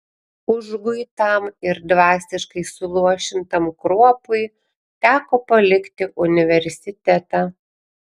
užguitam ir dvasiškai suluošintam kruopui teko palikti universitetą